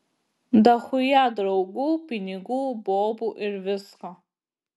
dachuja draugų pinigų bobų ir visko